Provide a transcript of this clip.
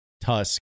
Tusk